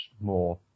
more